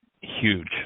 huge